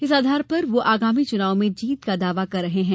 इस आधार पर वह आगामी चुनाव में जीत का दावा कर रहे हैं